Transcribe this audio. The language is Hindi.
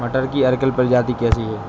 मटर की अर्किल प्रजाति कैसी है?